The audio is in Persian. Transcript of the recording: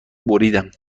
بریدم